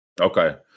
Okay